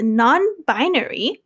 non-binary